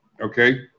okay